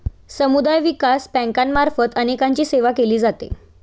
समुदाय विकास बँकांमार्फत अनेकांची सेवा केली जाते